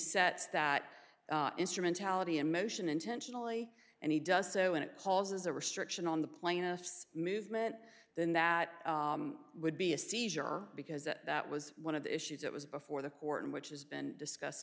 set that instrumentality in motion intentionally and he does so and it causes a restriction on the plaintiffs movement then that would be a seizure because that was one of the issues that was before the court and which has been discussed